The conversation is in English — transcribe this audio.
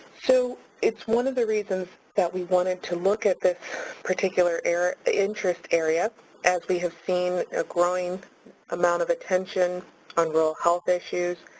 so, it's one of the reasons that we wanted to look at this particular interest area as we have seen a growing amount of attention on rural health issues.